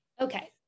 Okay